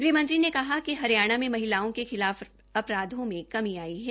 गृह मंत्री ने कहा कि हरियाणा में महिलाओं के खिलाफ अपराधों में कमी आई है